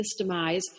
systemize